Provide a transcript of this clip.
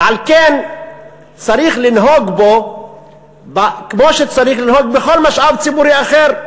ועל כן צריך לנהוג בו כמו שצריך לנהוג בכל משאב ציבורי אחר,